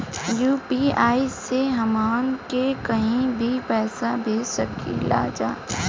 UPI से हमहन के कहीं भी पैसा भेज सकीला जा?